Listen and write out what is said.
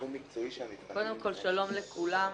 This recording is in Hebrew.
קודם כול, שלום לכולם.